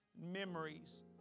memories